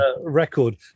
record